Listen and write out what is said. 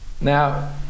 Now